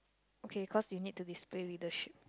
okay cause you need to display leadership